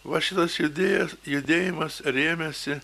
va šitas judėjas judėjimas rėmėsi